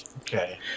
Okay